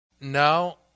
now